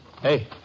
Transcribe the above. Hey